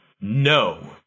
no